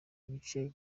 igice